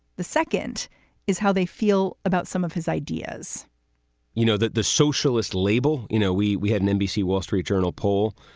the second is how they feel about some of his ideas you know that the socialist label, you know, we we had an nbc wall street journal poll,